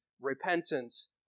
repentance